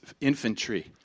infantry